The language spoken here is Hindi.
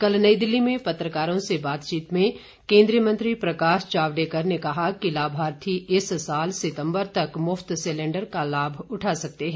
कल नई दिल्ली में पत्रकारों से बातचीत में केंद्रीय मंत्री प्रकाश जावड़ेकर ने कहा कि लाभार्थी इस साल सितंबर तक मुफ्त सिलेंडर का लाभ उठा सकते हैं